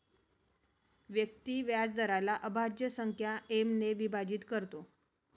व्यक्ती व्याजदराला अभाज्य संख्या एम ने विभाजित करतो